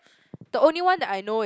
the only one that I know